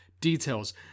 details